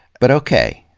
but okay.